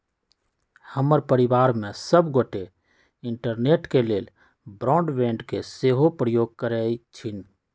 हमर परिवार में सभ गोटे इंटरनेट के लेल ब्रॉडबैंड के सेहो प्रयोग करइ छिन्ह